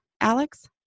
Alex